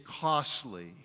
costly